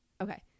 okay